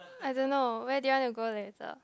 I don't know where do you want to go later